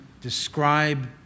describe